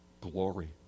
glory